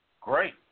Great